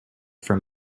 from